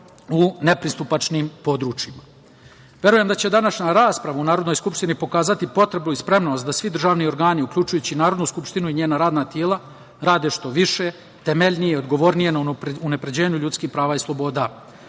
u nepristupačnim područjima. Verujem da će današnja rasprava u Narodnoj skupštini pokazati potrebu i spremnost da svi državni organi, uključujući i Narodnu skupštinu i njega radna tela rade što više, temeljnije, odgovornije na unapređenju ljudskih prava i sloboda.